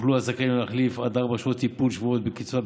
יוכלו הזכאים להחליף עד ארבע שעות טיפול שבועיות בקצבה,